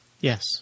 Yes